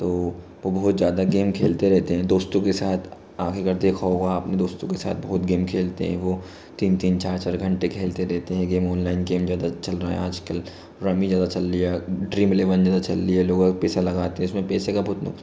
तो वो बहुत ज़्यादा गेम खेलते रहते हैं दोस्तों के साथ आगे अगर देखा होगा आपने दोस्तों के साथ बहुत गेम खेलते है वो तीन तीन चार चार घंटे खेलते रहते हैं गेम ऑनलाइन गेम ज़्यादा चल रहा है आजकल रम्मी ज़्यादा चल रहा है ड्रीम एलेबन ज़्यादा चल रही है लोग पैसा लगाते उसमें पैसे का बहुत